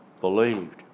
believed